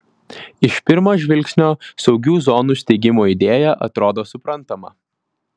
iš pirmo žvilgsnio saugių zonų steigimo idėja atrodo suprantama